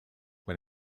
when